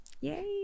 Yay